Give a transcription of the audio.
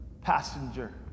passenger